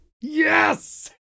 Yes